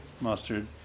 mustard